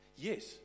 Yes